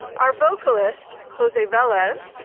our vocalist, jose velez,